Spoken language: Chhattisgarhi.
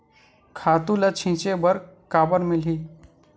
खातु ल छिंचे बर काबर मिलही?